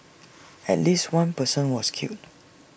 at least one person was killed